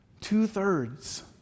two-thirds